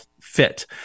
fit